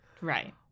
Right